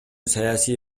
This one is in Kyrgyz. саясий